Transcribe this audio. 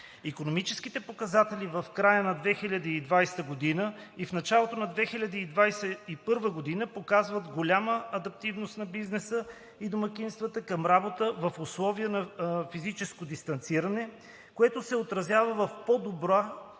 Икономическите показатели в края на 2020 г. и в началото на 2021 г. показват голяма адаптивност на бизнеса и домакинствата към работа в условията на физическо дистанциране, което се отразява в по-добра